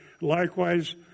Likewise